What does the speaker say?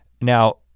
Now